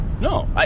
No